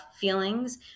feelings